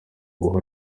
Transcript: igomba